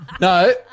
No